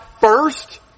first